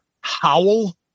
howl